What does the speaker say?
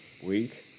Week